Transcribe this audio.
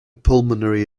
pulmonary